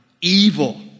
evil